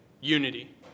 unity